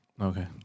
Okay